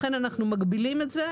לכן אנחנו מגבילים את זה.